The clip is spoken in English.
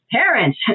parents